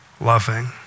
loving